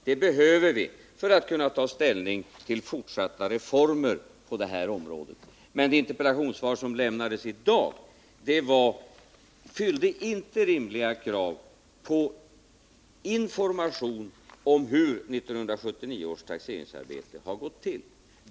Det behöver vi för att kunna ta ställning till fortsatta reformer på detta område. Det interpellationssvar som lämnades i dag fyllde inte rimliga krav på information om hur 1979 års taxeringsarbete har gått till.